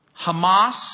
Hamas